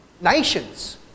nations